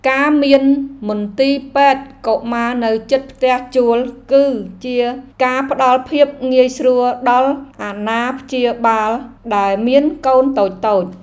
ការមានមន្ទីរពេទ្យកុមារនៅជិតផ្ទះជួលគឺជាការផ្តល់ភាពងាយស្រួលដល់អាណាព្យាបាលដែលមានកូនតូចៗ។